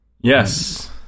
yes